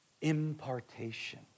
impartation